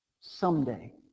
someday